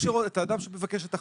את האדם שמבקש את החריג.